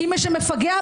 זה דבר אחד.